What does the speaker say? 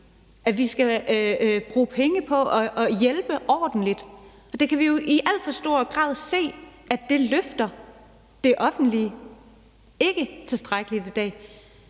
vi skal bruge penge på og hjælpe ordentligt, og det kan vi jo i alt for stor grad se det offentlige ikke løfter tilstrækkeligt i dag.